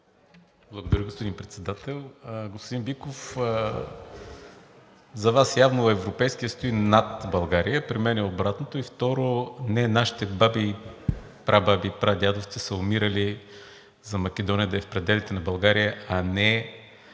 Благодаря, господин Председател. Господин Биков, за Вас явно Европейският съюз стои над България – при мен е обратното. И второ, нашите баби, прабаби и прадядовци са умирали за Македония да е в пределите на България, а не